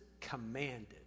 commanded